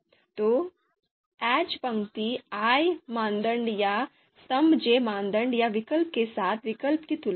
तो aij पंक्ति i मानदंड या स्तंभ j मानदंड या विकल्प के साथ विकल्प की तुलना है